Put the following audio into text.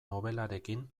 nobelarekin